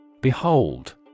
Behold